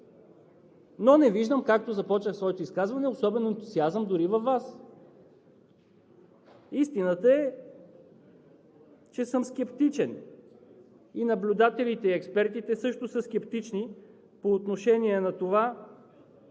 Но не виждам, както започнах своето изказване, особен ентусиазъм дори във Вас. Истината е, че съм скептичен. Наблюдателите и експертите също са скептични по отношение на това